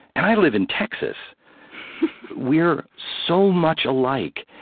and i live in texas we're so much alike,